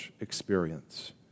experience